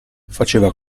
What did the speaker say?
faceva